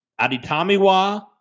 Aditamiwa